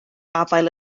afael